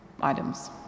items